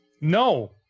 no